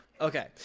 Okay